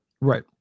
Right